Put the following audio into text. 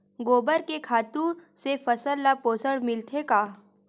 गोबर के खातु से फसल ल पोषण मिलथे का?